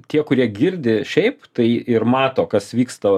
tie kurie girdi šiaip tai ir mato kas vyksta